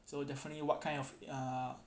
so definitely what kind of uh